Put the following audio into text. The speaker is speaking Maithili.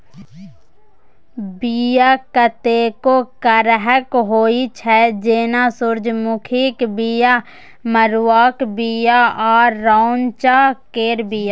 बीया कतेको करहक होइ छै जेना सुरजमुखीक बीया, मरुआक बीया आ रैंचा केर बीया